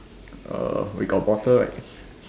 uh we got bottle right